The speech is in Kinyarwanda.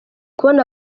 kubona